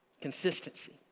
Consistency